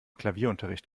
klavierunterricht